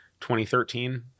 2013